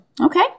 okay